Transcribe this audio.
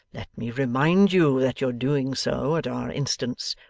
let me remind you that your doing so, at our instance,